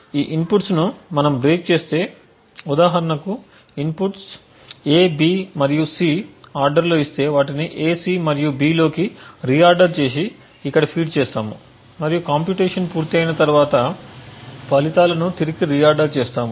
ఈ ఇన్పుట్స్ ను మనం బ్రేక్ చేస్తే ఉదాహరణకు ఇన్పుట్స్ A B మరియు C ఆర్డర్ లో ఇస్తే వాటిని A C మరియు B లోకి రిఆర్డర్ చేసి ఇక్కడ ఫీడ్ చేస్తాము మరియు కంప్యూటేషన్ పూర్తయిన తర్వాత ఫలితాలను తిరిగి రిఆర్డర్ చేస్తాము